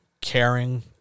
caring